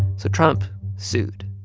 so trump sued,